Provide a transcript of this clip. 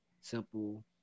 simple